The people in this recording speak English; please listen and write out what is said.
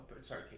sorry